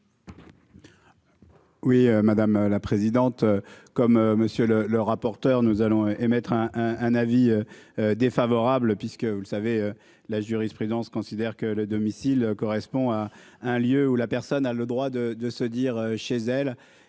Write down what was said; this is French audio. Oui madame la présidente, comme monsieur le rapporteur. Nous allons émettre un un avis. Défavorable puisque, vous le savez. La jurisprudence considère que le domicile correspond à. Un lieu où la personne a le droit de, de se dire chez elle et